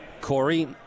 Corey